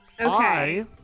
Okay